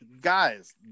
guys